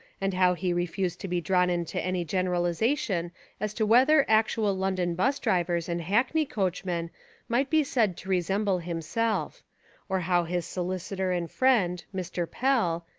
and how he refused to be drawn into any generalisation as to whether actual london bus-drivers and hack ney coachmen might be said to resemble him self or how his solicitor and friend, mr. pell,